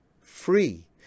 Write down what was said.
free